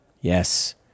Yes